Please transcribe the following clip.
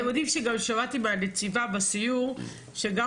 אתם יודעים שגם שמעתי מהנציבה בסיור שגם